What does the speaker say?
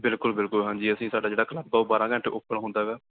ਬਿਲਕੁਲ ਬਿਲਕੁਲ ਹਾਂਜੀ ਅਸੀਂ ਸਾਡਾ ਜਿਹੜਾ ਕਲੱਬ ਉਹ ਬਾਰ੍ਹਾਂ ਘੰਟੇ ਓਪਨ ਹੁੰਦਾ ਗਾ